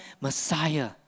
Messiah